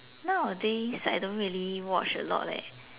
nowadays I don't really watch a lot leh